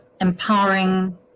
empowering